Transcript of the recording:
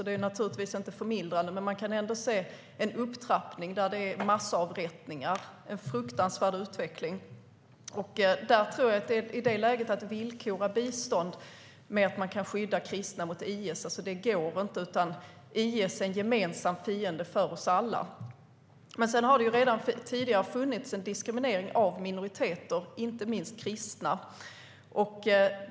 Det är inte förmildrande. Men man kan i alla fall se en upptrappning, där det nu sker massavrättningar. Det är en fruktansvärd utveckling. Att i det läget villkora bistånd med att man ska skydda kristna mot IS går inte, tror jag. IS är en gemensam fiende för oss alla. Sedan har det redan tidigare funnits en diskriminering av minoriteter, inte minst kristna.